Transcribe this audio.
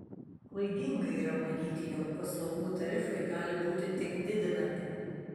klaidinga yra manyti jog paslaugų tarifai gali būti tik didinami